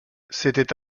c’était